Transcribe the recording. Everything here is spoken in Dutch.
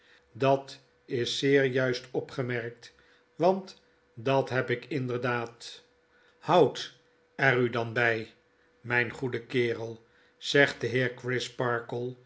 dat is zeer juist opgemerkt want dat heb ik inderdaad houd er u dan by myn goede kerel zegt de